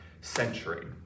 century